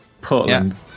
Portland